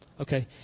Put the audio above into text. Okay